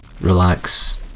relax